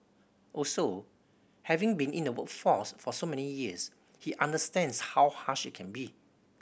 also having been in the workforce for so many years he understands how harsh it can be